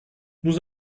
nous